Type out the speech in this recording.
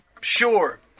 sure